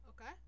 Okay